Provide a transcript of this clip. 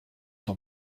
ton